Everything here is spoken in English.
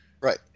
right